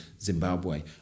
Zimbabwe